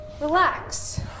relax